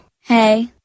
Hey